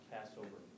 Passover